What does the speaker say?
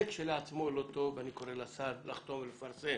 זה כשלעצמו לא טוב ואני קורא לשר לחתום ולפרסם.